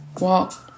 walk